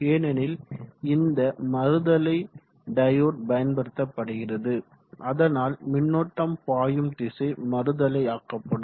ஏனெனில் இந்த மறுதலை டையோடு பயன்படுத்தப்படுகிறது அதனால் மின்னோட்டம் பாயும் திசை மறுதலையாக்கப்படும்